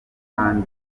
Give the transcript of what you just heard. kandi